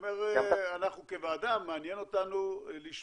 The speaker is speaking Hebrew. אומר שאותנו כוועדה מעניין לשמוע,